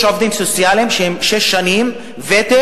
יש עובדים סוציאליים שיש להם שש שנות ותק,